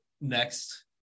next